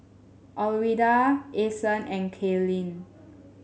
Alwilda Ason and Cailyn